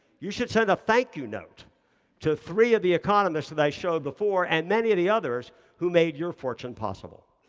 you should send a thank you note to three of the economists that i showed before and many of the others who made your fortune possible.